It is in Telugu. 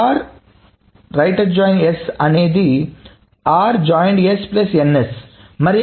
కాబట్టి r ⋈ s అనేది r ⋈ s ns